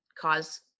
cause